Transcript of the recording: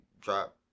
drop